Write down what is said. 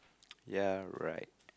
yeah right